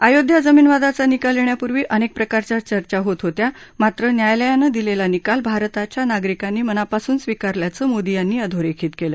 आयोध्या जमीन वादाचा निकाल येण्यापूर्वी अनेक प्रकारच्या चर्चा होत होत्या मात्र न्यायालयानं दिलेला निकाल भारताच्या नागरिकांनी मनापासून स्विकारल्याचं मोदी यांनी अधोरेखित केलं